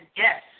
yes